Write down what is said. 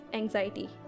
anxiety